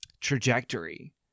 trajectory